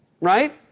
Right